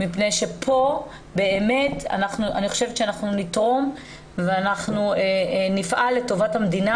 מפני שפה באמת אני חושבת שאנחנו נתרום ואנחנו נפעל לטובת המדינה,